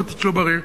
"קוטג'" לא בריא,